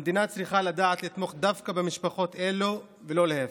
המדינה צריכה לדעת לתמוך דווקא במשפחות אלו ולא להפך.